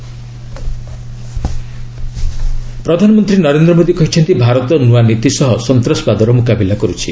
PM address ପ୍ରଧାନମନ୍ତ୍ରୀ ନରେନ୍ଦ୍ର ମୋଦୀ କହିଛନ୍ତି ଭାରତ ନୂଆ ନୀତି ସହ ସନ୍ତାସବାଦର ମୁକାବିଲା କରୁଛି